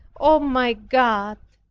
oh, my god,